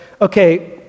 okay